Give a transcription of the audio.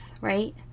right